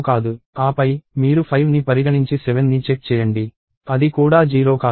ఆపై మీరు 5 ని పరిగణించి 7 ని చెక్ చేయండి అది కూడా 0 కాదు